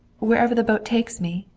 wherever the boat takes me,